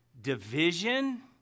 division